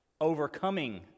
Overcoming